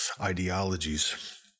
ideologies